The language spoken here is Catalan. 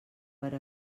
per